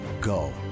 Go